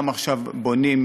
גם עכשיו בונים,